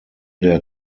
der